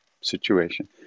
situation